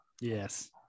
Yes